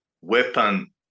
weapon